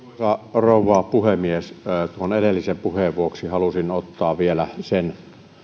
rouva puhemies tuon edellisen puheen vuoksi halusin ottaa vielä sen